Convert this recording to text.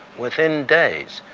within days,